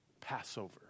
Passover